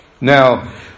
Now